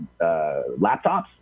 laptops